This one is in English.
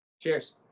Cheers